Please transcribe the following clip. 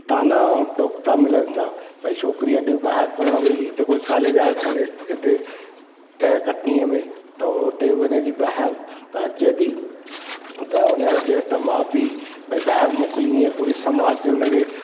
ताना ऐं टोकता मिलन था भई छोकिरी ॾिए ॿाहिरि पढ़नि वई हिते कोई कॉलेज आहे कोन्हे हिते त कटनीअ में त हो हुते ॿाहिरि त अचे थी त उनजा चएस त माउ पीउ भई ॿाहिरि मोकलिनीअ पूरी समाज उनखे